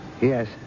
Yes